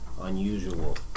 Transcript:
unusual